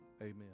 Amen